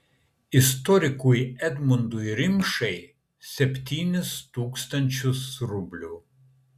istorikui edmundui rimšai septynis tūkstančius rublių